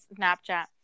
snapchat